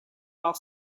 while